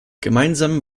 gemeinsam